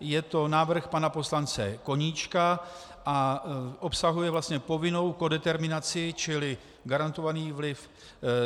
Je to návrh pana poslance Koníčka a obsahuje vlastně povinnou kodeterminaci čili garantovaný vliv